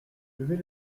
levez